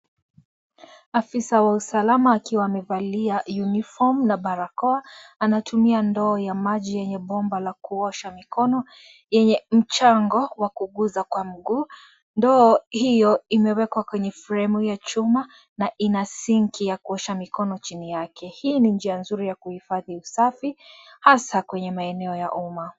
Afisa wa usalama akiwa amevalia (CS)uniform(CS)na barakoa anatumia ndoo ya maji yenye bomba ya kuosha mkono yenye mchango wa kuguza Kwa mguu. Ndoo hiyo imewekwa kwenye fremu ya chuma na ina sinki ya kuosha mikono chini yake. Hii ni njia mzuri ya kuhifadhi usafi hasa kwenye maeneo ya umma.